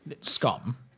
scum